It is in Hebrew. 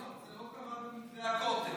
זה לא קרה במתווה הכותל,